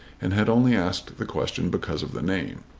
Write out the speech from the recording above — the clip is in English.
and had only asked the question because of the name.